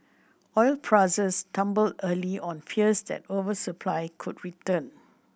oil prices tumbled early on fears that oversupply could return